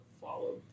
follow